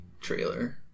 trailer